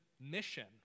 mission